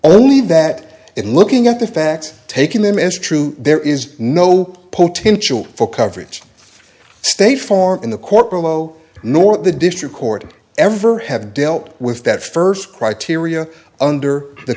only that it looking at the facts taking them as true there is no potential for coverage stay form in the court room zero nor the district court ever have dealt with that first criteria under the